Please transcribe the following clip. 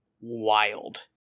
wild